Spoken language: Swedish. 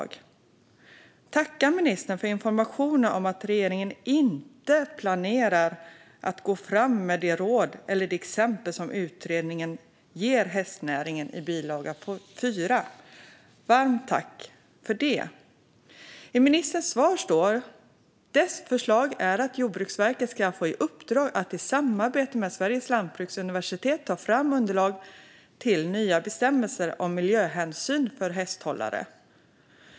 Jag tackar ministern för informationen om att regeringen inte planerar att "gå fram med de råd eller de exempel som utredningen ger för hästnäringen i bilaga 4". Varmt tack för det! Ministern säger i sitt svar: "Dess förslag är att Jordbruksverket ska få i uppdrag att i samarbete med Sveriges lantbruksuniversitet ta fram underlag till nya bestämmelser om miljöhänsyn för hästhållare."